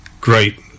Great